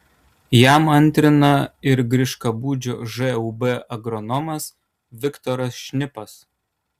jam antrina ir griškabūdžio žūb agronomas viktoras šnipas